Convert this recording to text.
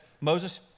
Moses